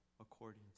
according